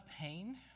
pain